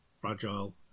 fragile